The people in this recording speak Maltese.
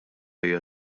hija